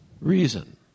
reason